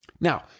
Now